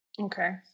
okay